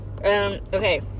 Okay